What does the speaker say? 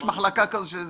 יש מחלקה כזאת?